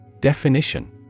Definition